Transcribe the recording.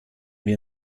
wir